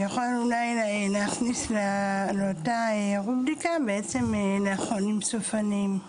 נוכל להכניס לאותה רובריקה מטפלים לחולים סופניים.